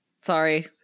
Sorry